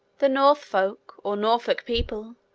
the northfolk, or norfolk people,